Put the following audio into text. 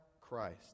Christ